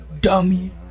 Dummy